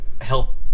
help